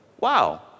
wow